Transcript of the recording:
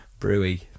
brewy